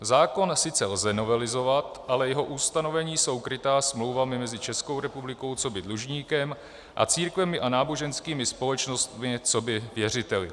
Zákon sice lze novelizovat, ale jeho ustanovení jsou krytá smlouvami mezi Českou republikou coby dlužníkem a církvemi a náboženskými společnostmi coby věřiteli.